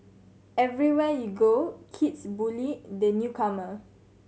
everywhere you go kids bully the newcomer